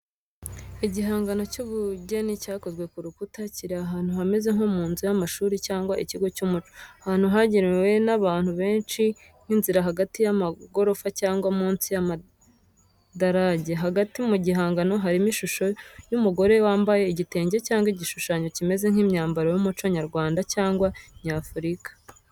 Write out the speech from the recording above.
Igihangano cy’ubugeni cyakozwe ku rukuta, kiri ahantu hameze nko mu nzu y’amashuri cyangwa ikigo cy’umuco, ahantu hagerwa n’abantu benshi nk’inzira hagati y’amagorofa cyangwa munsi y’amadarajye. Hagati mu gihangano harimo ishusho y’umugore yambaye igitenge cyangwa igishushanyo kimeze nk’imyambaro y’umuco nyarwanda cyangwa nyafurika.